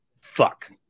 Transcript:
fuck